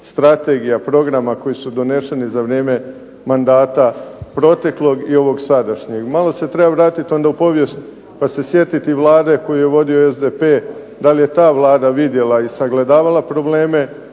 strategija, programa koji su doneseni za vrijeme mandata proteklog i ovo sadašnjeg. Malo se onda treba vratiti u povijest pa se sjetiti Vlade koju je vodio SDP, da li je ta vlada vidjela i sagledavala probleme,